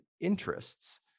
interests